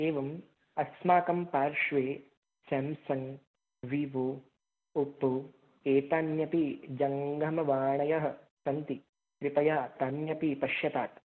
एवम् अस्माकं पार्श्वे सेम्सङ्ग् वीवो ओप्पो एतान्यपि जङ्गमवाणयः सन्ति कृपया तान्यपि पश्यतात्